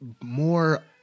more